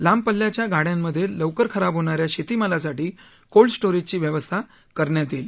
लांब पल्ल्याच्या गाड्यांमधे लवकर खराब होणा या शेतीमालासाठी कोल्ड स्टोरेजची व्यवस्था करण्यात येईल